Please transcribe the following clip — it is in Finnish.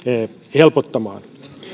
helpottamaan